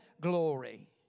glory